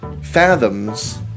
fathoms